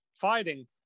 fighting